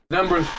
Number